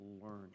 learning